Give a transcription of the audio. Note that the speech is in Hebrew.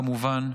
כמובן.